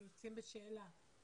יוצאים בשאלה.